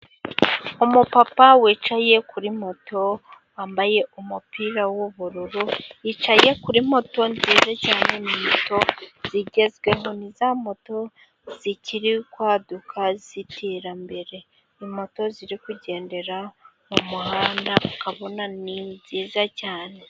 Umupapa wicaye kuri moto wambaye umupira w'ubururu, yicaye kuri moto nziza cyane, ni moto zigezweho, ni za moto zikiri kwaduka ziterambere. Ni moto ziri kugendera mumuhanda ukabona ni nziza cyane.